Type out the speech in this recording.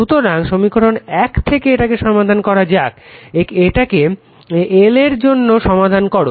সুতরাং সমীকরণ 1 থেকে এটাকে সমাধান করা যাক এটাকে L এর জন্য ও সমাধান করো